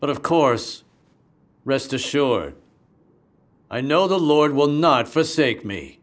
but of course rest assured i know the lord will not forsake